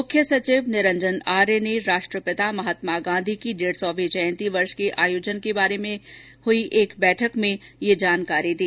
मुख्य सचिव निरंजन आर्य ने राष्ट्रपिता महात्मा गांधी की डेढ़ सौ वीं जयंती वर्ष के आयोजन के बारे में आयोजित बैठक में ये जानकारी दी